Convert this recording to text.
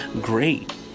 great